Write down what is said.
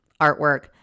artwork